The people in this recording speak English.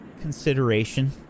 ...consideration